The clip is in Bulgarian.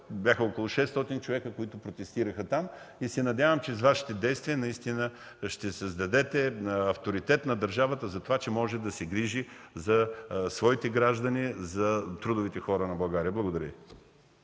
бяха около 600 човека, които протестираха там. Надявам се, че с Вашите действия ще създадете авторитет на държавата за това, че може да се грижи за своите граждани, за трудовите хора на България. Благодаря